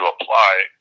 apply